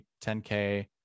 10K